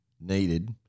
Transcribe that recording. needed